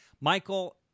Michael